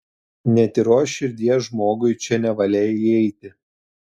netyros širdies žmogui čia nevalia įeiti